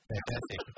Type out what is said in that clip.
Fantastic